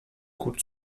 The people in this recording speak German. gut